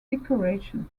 decoration